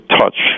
touch